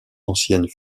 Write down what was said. anciennes